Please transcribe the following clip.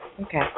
Okay